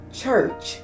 church